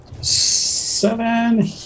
seven